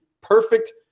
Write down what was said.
perfect